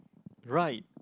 right